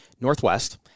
Northwest